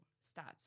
start